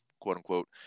quote-unquote